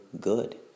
good